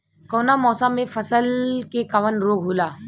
कवना मौसम मे फसल के कवन रोग होला?